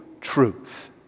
truth